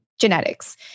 genetics